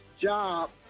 job